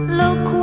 look